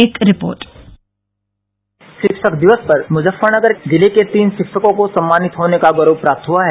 एक रिपोर्ट रिक्षक दिवस पर जिले के तीन रिक्षकों को सम्मानित होने का गौरव प्राप्त हुआ है